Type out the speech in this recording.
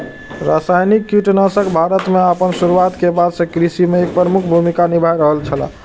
रासायनिक कीटनाशक भारत में आपन शुरुआत के बाद से कृषि में एक प्रमुख भूमिका निभाय रहल छला